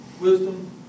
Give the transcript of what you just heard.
wisdom